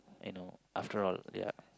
I know after all ya